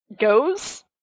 goes